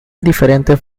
indiferente